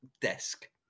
desk